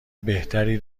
بهتری